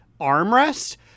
armrest